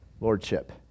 lordship